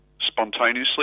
spontaneously